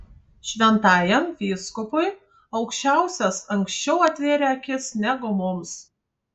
šventajam vyskupui aukščiausias anksčiau atvėrė akis negu mums